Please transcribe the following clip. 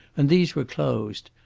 and these were closed.